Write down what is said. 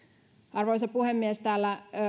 arvoisa puhemies täällä